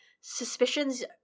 suspicions